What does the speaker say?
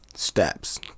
Steps